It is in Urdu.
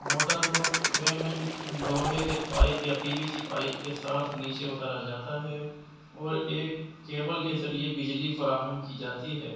موٹر کو کنویں میں لوہے کے پائپ یا پی وی سی پائپ کے ساتھ نیچے اتارا جاتا ہے اور ایک کیبل کے ذریعے بجلی فراہم کی جاتی ہے